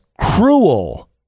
cruel